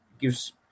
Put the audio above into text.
gives